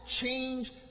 change